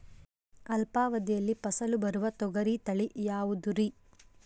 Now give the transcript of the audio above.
ಅಲ್ಪಾವಧಿಯಲ್ಲಿ ಫಸಲು ಬರುವ ತೊಗರಿ ತಳಿ ಯಾವುದುರಿ?